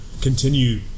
continue